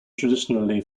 traditionally